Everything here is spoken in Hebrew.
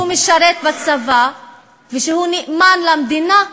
שמשרת בצבא ונאמן למדינה,